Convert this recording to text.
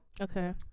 Okay